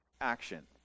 Action